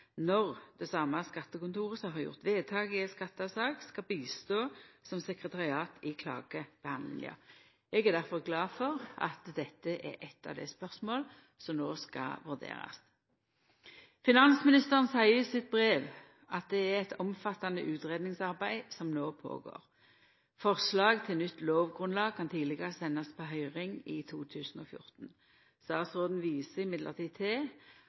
når det same skattekontoret som har gjort vedtak i ei skattesak, skal stå til teneste som sekretariat i klagebehandlinga. Eg er difor glad for at dette er eit av dei spørsmåla som no skal vurderast. Finansministeren seier i sitt brev at det er eit omfattande utgreiingsarbeid som no går føre seg. Forslag til nytt lovgrunnlag kan tidlegast sendast på høyring i 2014. Men statsråden viser